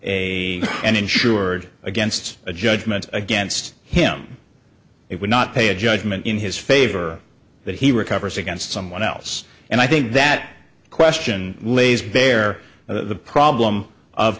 a and insured against a judgment against him it would not pay a judgement in his favor that he recovers against someone else and i think that question lays bare the problem of